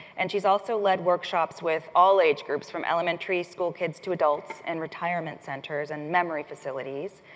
and she's also led workshops with all age groups, from elementary school kids to adults, and retirement centers, and memory facilities.